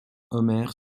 homère